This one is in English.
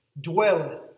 dwelleth